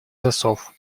засов